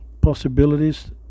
possibilities